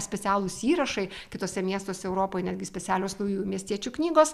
specialūs įrašai kituose miestuose europoj netgi specialios naujų miestiečių knygos